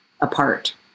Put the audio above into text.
apart